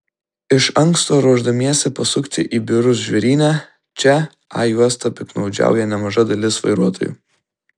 iš anksto ruošdamiesi pasukti į biurus žvėryne čia a juosta piktnaudžiauja nemaža dalis vairuotojų